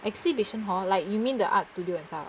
exhibition hall like you mean the art studio and stuff ah